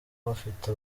bafite